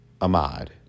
Ahmad